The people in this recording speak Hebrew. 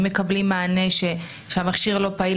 אם מקבלים מענה שהמכשיר לא פעיל,